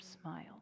smile